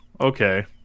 okay